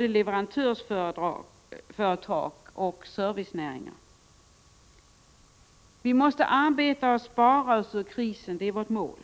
leverantörsföretag och servicenäringar. Vi måste arbeta och spara oss ur krisen, har vi sagt.